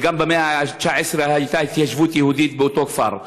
ובמאה ה-19 הייתה גם התיישבות יהודית באותו כפר.